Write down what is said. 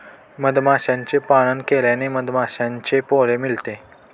मधमाशांचे पालन केल्याने मधमाशांचे पोळे मिळते